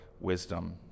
wisdom